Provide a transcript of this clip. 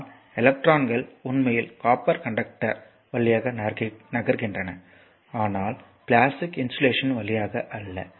அதனால் எலக்ட்ரான்கள் உண்மையில் காப்பர் கண்டக்டர் வழியாக நகர்கின்றன ஆனால் பிளாஸ்டிக் இன்சுலேஷன் வழியாக அல்ல